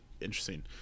interesting